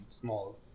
small